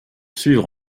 suivre